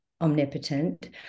omnipotent